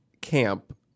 camp